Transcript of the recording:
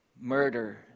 murder